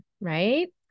right